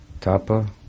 tapa